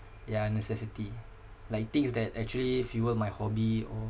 yeah necessity like things that actually fuel my hobby or